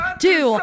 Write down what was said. two